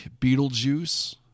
Beetlejuice